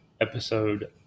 episode